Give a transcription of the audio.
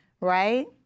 Right